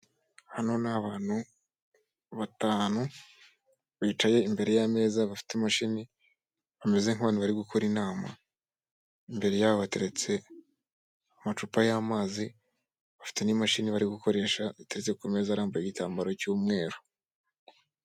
Hano ni abantu batanu bicaye imbere y'ameza bafite imashini bameze nk'abantu bari gukora inama. Imbere yabo hateretse amacupa y'amazi bafite n'imashini bari gukoresha iteretse ku meza arambuyeho igitambaro cy'umweru